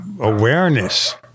awareness